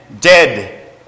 dead